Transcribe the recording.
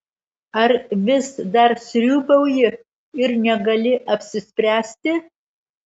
ar vis dar sriūbauji ir negali apsispręsti